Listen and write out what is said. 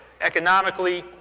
economically